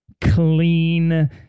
clean